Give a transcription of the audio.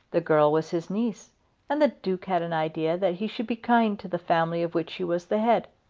the girl was his niece and the duke had an idea that he should be kind to the family of which he was the head.